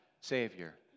Savior